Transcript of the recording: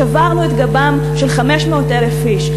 "שברנו את גבם של 500,000 איש".